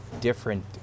different